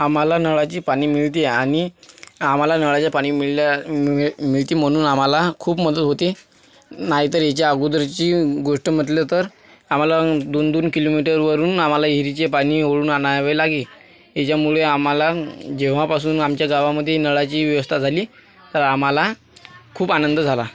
आम्हाला नळाची पाणी मिळते आणि आम्हाला नळाचे पाणी मिळल्या मिळ मिळते म्हणून आम्हाला खूप मदत होते नाहीतर याच्या अगोदरची गोष्ट म्हटलं तर आम्हाला दोन दोन किलोमीटरवरून आम्हाला विहरीचे पाणी ओढून आणावे लागे याच्यामुळे आम्हाला जेव्हापासून आमच्या गावामधे नळाची व्यवस्था झाली तर आम्हाला खूप आनंद झाला